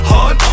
Hard